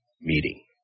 meeting